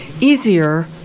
easier